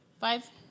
Five